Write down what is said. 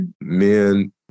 men